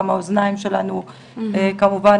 גם האוזניים שלנו בקשב,